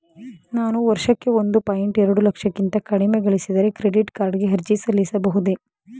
ನಾನು ವರ್ಷಕ್ಕೆ ಒಂದು ಪಾಯಿಂಟ್ ಎರಡು ಲಕ್ಷಕ್ಕಿಂತ ಕಡಿಮೆ ಗಳಿಸಿದರೆ ಕ್ರೆಡಿಟ್ ಕಾರ್ಡ್ ಗೆ ಅರ್ಜಿ ಸಲ್ಲಿಸಬಹುದೇ?